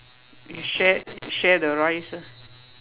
you share share the rice lah